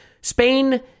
Spain